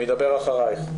הוא ידבר אחרייך.